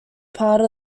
part